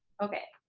okay